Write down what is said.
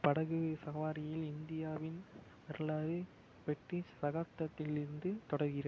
படகு சவாரியில் இந்தியாவின் வரலாறு பிரிட்டிஷ் சகாப்தத்திலிருந்து தொடர்கிறது